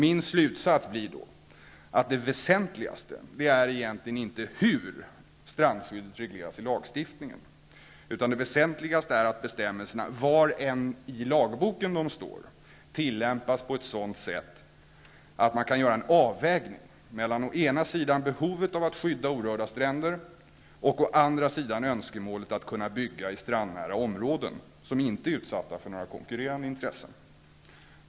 Min slutsats blir då att det väsentligaste egentligen inte är hur strandskyddet regleras i lagstiftningen, utan det väsentligaste är att bestämmelserna, var än i lagboken de står, tillämpas på ett sådant sätt att man kan göra en avvägning mellan å ena sidan behovet av att skydda orörda stränder och å andra sidan önskemålet att kunna bygga i strandnära områden som inte är utsatta för några konkurrerande intressen.